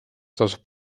tasub